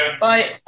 bye